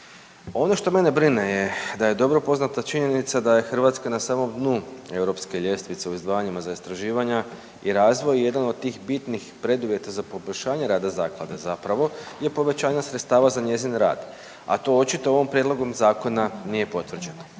Ono što mene brine je da je dobro poznata činjenica da je Hrvatska na samom dnu Europske ljestvice u izdvajanjima za istraživanja i razvoj. Jedan od tih bitnih preduvjeta za poboljšanje rada zaklade zapravo je povećanje sredstava za njezin rad, a to očito ovim prijedlogom zakona nije potvrđeno